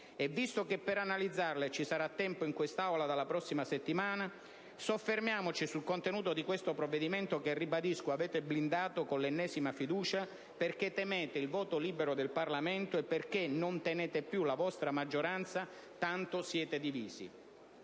Visto che per analizzarle ci sarà tempo in quest'Aula dalle prossime settimane, soffermiamoci sul contenuto del provvedimento in esame che - ribadisco - avete blindato con l'ennesima fiducia perché temete il voto libero del Parlamento e perché non tenete più la vostra maggioranza tanto siete divisi.